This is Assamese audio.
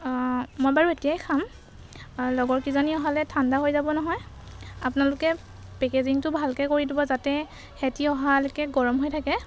মই বাৰু এতিয়াই খাম লগৰ কেইজনী অহালৈ ঠাণ্ডা হৈ যাব নহয় আপোনালোকে পেকেজিংটো ভালকৈ কৰি দিব যাতে সিহঁতি অহালৈকে গৰম হৈ থাকে